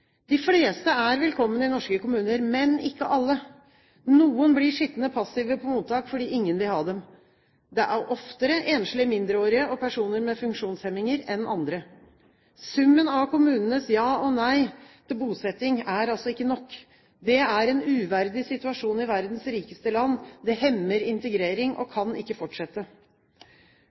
De fleste er velkommen i norske kommuner, men ikke alle. Noen blir sittende passive på mottak fordi ingen vil ha dem. Det er oftere enslige mindreårige og personer med funksjonshemninger enn andre. Summen av kommunenes ja og nei til bosetting er altså ikke nok. Det er en uverdig situasjon i verdens rikeste land. Det hemmer integrering og kan ikke fortsette.